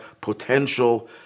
potential